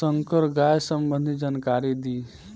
संकर गाय संबंधी जानकारी दी?